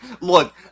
look